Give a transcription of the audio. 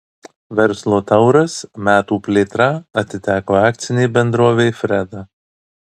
verslo tauras metų plėtra atiteko akcinei bendrovei freda